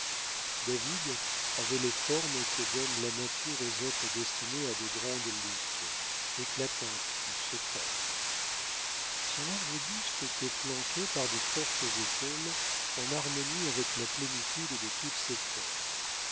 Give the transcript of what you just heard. david avait les formes que donne la nature aux êtres destinés à de grandes luttes éclatantes ou secrètes son large buste était flanqué par de fortes épaules en harmonie avec la plénitude de toutes ses formes